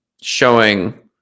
showing